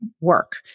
work